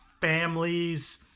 families